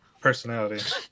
Personality